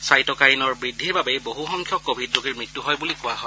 চাইটকাইনৰ বৃদ্ধিৰ বাবেই বহুসংখ্যক কোৱিড ৰোগীৰ মৃত্যু হয় বুলি কোৱা হয়